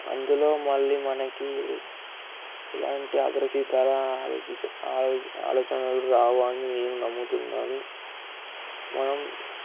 అందులో మళ్ళీ మనకి ఇలాంటి అపరిచితాల ఆలోచనలు రావని నేను నమ్ముతున్నాను మనం